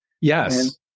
Yes